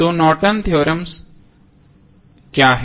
तो Norton theorem Nortons Theorem का क्या अर्थ है